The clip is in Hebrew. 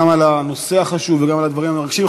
גם על הנושא החשוב וגם על הדברים המרגשים.